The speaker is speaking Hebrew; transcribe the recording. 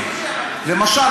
מעליב.